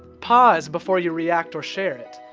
pause before you react or share it.